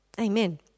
Amen